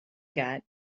got